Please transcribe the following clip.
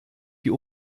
die